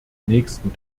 nächsten